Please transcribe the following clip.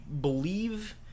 believe